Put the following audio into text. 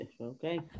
Okay